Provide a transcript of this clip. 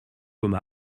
comme